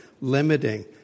limiting